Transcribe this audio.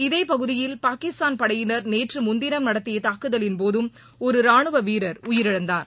இதே பகுதியில் பாகிஸ்தான் படையினர் நேற்று முன்தினம் நடத்திய தாக்குதலின் போதும் ஒரு ராணுவ வீரர் உயிரிழந்தார்